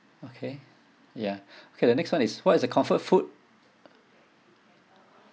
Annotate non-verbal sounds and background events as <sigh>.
okay ya <breath> okay the next one is what is the comfort food